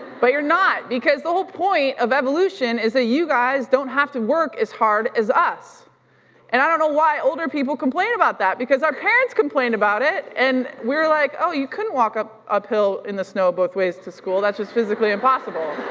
but you're not because the whole point of evolution is that you guys don't have to work as hard as us and i don't know why older people complain about that because our parents complain about it and we're like, oh, you couldn't walk uphill in the snow both ways to school, that's just physically impossible.